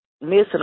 missing